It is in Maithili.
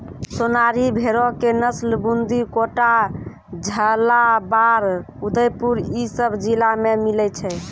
सोनारी भेड़ो के नस्ल बूंदी, कोटा, झालाबाड़, उदयपुर इ सभ जिला मे मिलै छै